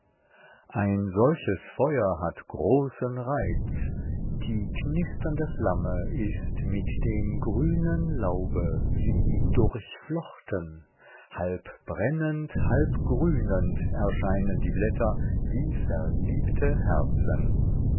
ein solches feuer hat großen reiz die knisternde flamme ist mit dem grünen laube wie durchflochten halbbrennend halbgrünend erscheinen die blätter wie verliebte herzen